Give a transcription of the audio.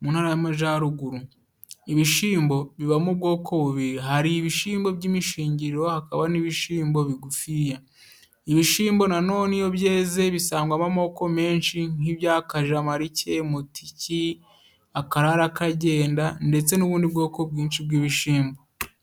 mu Ntara y'Amajaruguru. Ibishimbo bibamo ubwoko bubiri. Hari ibishimbo by'imishingiriro hakaba n'ibishimbo bigufi. ibishimbo na none iyo byeze bisangwamo amoko menshi, nk'ibya Kajamarike, Mutiki, Akarara kagenda ndetse n'ubundi bwoko bwinshi bw'ibishimbo.